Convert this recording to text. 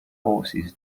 forces